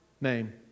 name